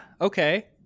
Okay